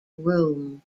room